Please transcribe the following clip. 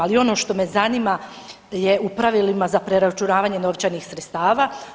Ali ono što me zanima je u pravilima za preračunavanje novčanih sredstava.